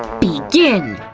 begin!